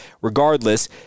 regardless